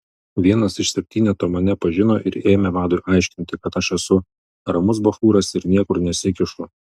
vienas iš septyneto mane pažino ir ėmė vadui aiškinti kad aš esu ramus bachūras ir niekur nesikišu